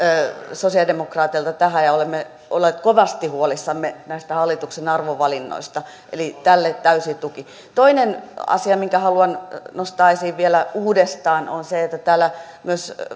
sosialidemokraateilta tähän ja olemme olleet kovasti huolissamme näistä hallituksen arvovalinnoista eli tälle täysi tuki toinen asia minkä haluan nostaa esiin vielä uudestaan on se että täällä myös